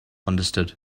understood